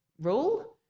rule